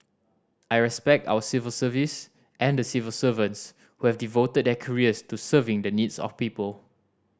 I respect our civil service and the civil servants who have devoted their careers to serving the needs of people